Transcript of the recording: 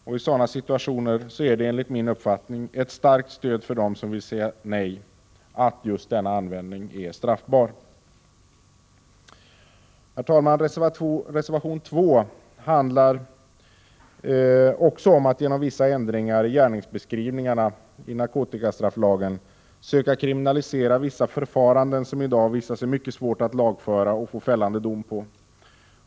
I sådana situationer vore det ett starkt stöd för dem som vill säga nej om just denna användning vore straffbar. Herr talman! Reservation 2 handlar också om att genom vissa ändringar i gärningsbeskrivningarna i narkotikastrafflagen söka kriminalisera vissa förfaranden som det i dag visat sig mycket svårt att lagföra och få fällande dom på.